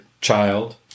child